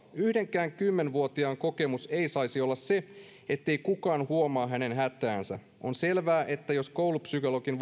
yhdenkään kymmenvuotiaan kokemus ei saisi olla se ettei kukaan huomaa hänen hätäänsä on selvää että jos koulupsykologin